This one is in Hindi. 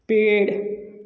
पेड़